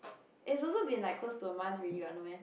it's also been like close to a month already what no meh